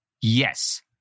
Yes